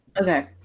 okay